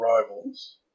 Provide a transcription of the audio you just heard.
rivals